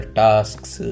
tasks